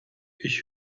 ich